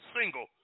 single